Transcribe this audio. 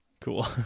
Cool